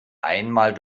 einmal